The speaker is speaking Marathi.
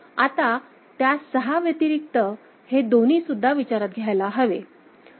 आता त्या सहा व्यतिरिक्त हे दोन्ही सुद्धा विचारात घ्यायला हवे